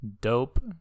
dope